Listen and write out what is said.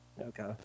Okay